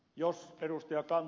jos ed